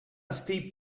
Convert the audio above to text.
steep